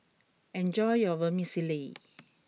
enjoy your Vermicelli